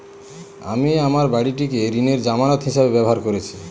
আমি আমার বাড়িটিকে ঋণের জামানত হিসাবে ব্যবহার করেছি